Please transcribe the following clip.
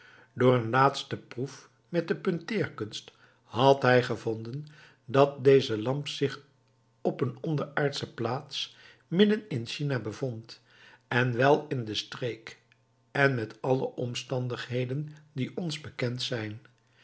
door een laatste proef met de punteerkunst had hij gevonden dat deze lamp zich op een onderaardsche plaats midden in china bevond en wel in de streek en met al de omstandigheden die ons reeds bekend zijn